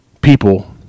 people